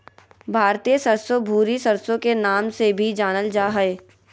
भारतीय सरसो, भूरी सरसो के नाम से भी जानल जा हय